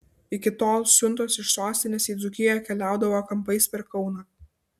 iki tol siuntos iš sostinės į dzūkiją keliaudavo kampais per kauną